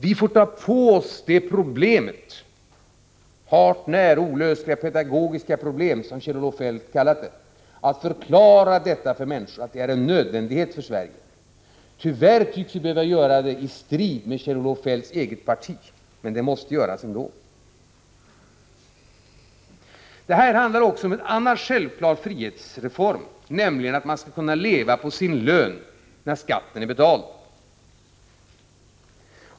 Vi får ta på oss det hart när olösliga pedagogiska problemet, som Kjell-Olof Feldt kallade det, att förklara för människor att det är en nödvändighet för Sverige. Tyvärr tycks vi behöva göra det i strid med Kjell-Olof Feldts eget parti. Men det måste göras ändå. Det här handlar också om en annan självklar frihetsreform, nämligen att man skall kunna leva på sin lön, när skatten är betald.